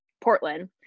Portland